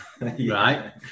right